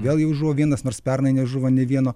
vėlgi žuvo vienas nors pernai nežuvo nė vieno